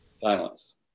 Silence